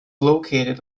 located